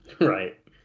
Right